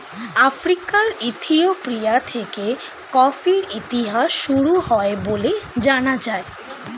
আফ্রিকার ইথিওপিয়া থেকে কফির ইতিহাস শুরু হয় বলে জানা যায়